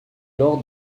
lors